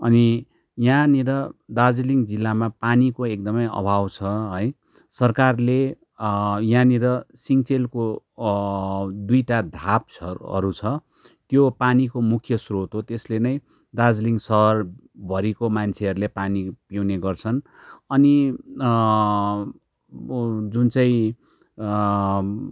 अनि यहाँनिर दार्जिलिङ जिल्लामा पानीको एकदमै अभाव छ है सरकारले यहाँनिर सिन्चेलको दुइटा धाप छ हरू छ त्यो पानीको मुख्य स्रोत हो त्यसले नै दार्जिलिङ सहरभरिको मान्छेहरूले पानी पिउने गर्छन् अनि जुन चाहिँ